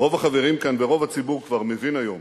רוב החברים כאן ורוב הציבור כבר מבין היום